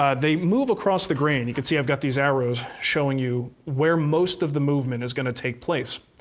um they move across the grain. you could see i've got these arrows showing you where most of the movement is going to take place.